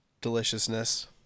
deliciousness